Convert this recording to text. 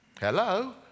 Hello